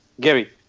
Gary